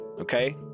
okay